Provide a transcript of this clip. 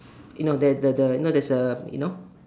you know there's the the there's the you know